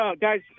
guys